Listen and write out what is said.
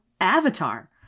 Avatar